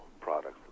products